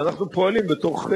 אנחנו על זה